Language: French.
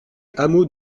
hameau